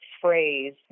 phrase